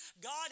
God